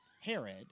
herod